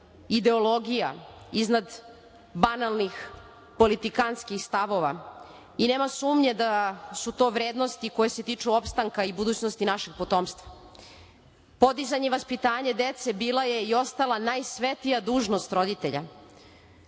ideologija, iznad banalnih politikantskih stavova i nema sumnje da su to vrednosti koje se tiču opstanka i budućnosti našeg potomstva. Podizanje i vaspitanje dece bila je i ostala najsvetlija dužnost roditelja.